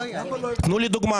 תנו לי דוגמה